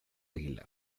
aguilar